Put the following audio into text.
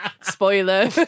Spoiler